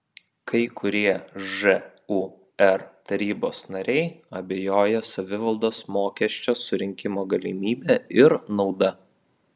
kai kurie žūr tarybos nariai abejoja savivaldos mokesčio surinkimo galimybe ir nauda